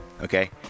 okay